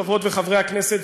חברות וחברי הכנסת,